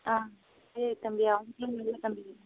ஆ சரி தம்பி அவங்கள்ட்டையும் தம்பி